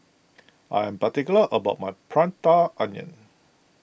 I am particular about my Prata Onion